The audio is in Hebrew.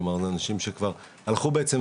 כלומר אנשים שכבר הלכו בעצם,